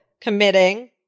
committing